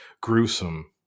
gruesome